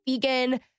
vegan